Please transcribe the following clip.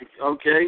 Okay